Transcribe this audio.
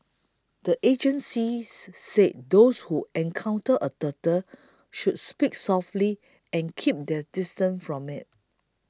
the agencies said those who encounter a turtle should speak softly and keep their distance from it